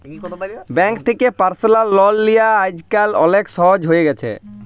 bank থ্যাকে personal loan লিয়া আইজকাল অলেক সহজ হ্যঁয়ে গেছে